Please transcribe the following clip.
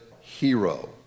hero